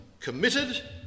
committed